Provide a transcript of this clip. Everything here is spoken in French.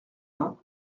vingt